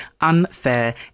unfair